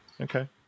Okay